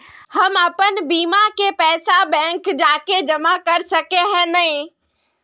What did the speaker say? हम अपन बीमा के पैसा बैंक जाके जमा कर सके है नय?